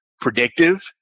predictive